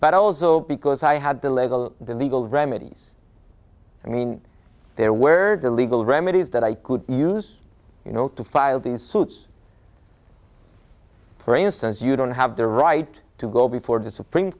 but also because i had to lay the legal remedies i mean there were the legal remedies that i could use you know to file these suits for instance you don't have the right to go before the supreme